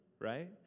right